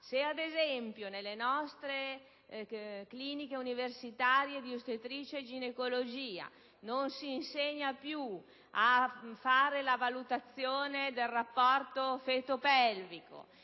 Ad esempio, nelle nostre cliniche universitarie di ostetricia e ginecologia non si insegna più a fare la valutazione del rapporto feto-pelvico,